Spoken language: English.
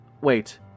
wait